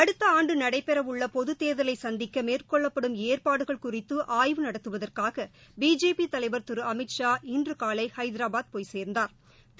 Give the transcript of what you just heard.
அடுத்தஆண்டுநடைபெறஉள்ளபொதுத்தேர்தலைசந்திக்க மேற்கொள்ளப்படும் ஏற்பாடுகள் குறித்துஆய்வு நடத்துவதற்காகபிஜேபி தலைவா் திருஅமித்ஷா இன்றுகாலைஹைதராபாத் போய் சோ்ந்தாா்